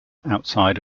outside